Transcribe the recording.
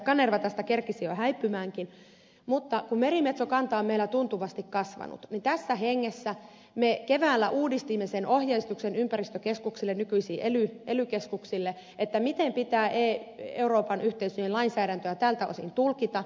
kanerva tästä kerkisi jo häipymäänkin mutta kun merimetsokanta on meillä tuntuvasti kasvanut niin tässä hengessä me keväällä uudistimme sen ohjeistuksen ympäristökeskuksille nykyisille ely keskuksille miten pitää euroopan yhteisöjen lainsäädäntöä tältä osin tulkita